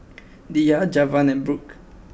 Diya Javen and Brook